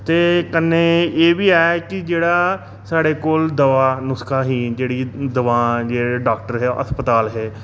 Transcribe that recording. ते कन्ने एह् बी ऐ कि जेह्ड़ा साढ़े कोल दवा नुक्सा ही जेह्ड़ी दवां जेह्ड़े डाक्टर हे अस्पताल हे